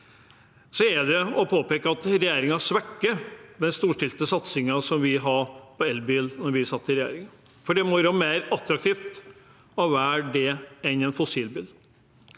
Det må påpekes at regjeringen svekker den storstilte satsingen vi hadde på elbil da vi satt i regjering. Det må være mer attraktivt å velge det enn en fossilbil.